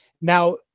Now